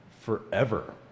forever